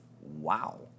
Wow